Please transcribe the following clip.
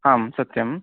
हां सत्यम्